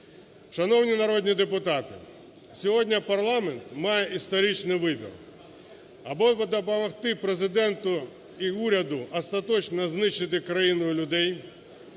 Шановні народні депутати! Сьогодні парламент має історичний вибір: або допомогти Президенту і уряду остаточно знищити країну і людей,